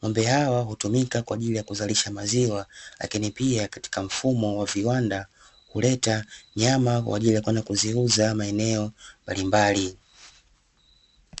Ng'ombe hawa hutumika kwa ajili ya kuzalisha maziwa lakini pia katika mfumo wa viwanda huleta nyama kwa ajili ya kwenda kuziuza maeneo mbalimbali.